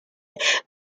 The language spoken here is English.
with